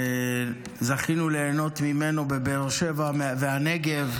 שזכינו ליהנות ממנו בבאר שבע ובנגב,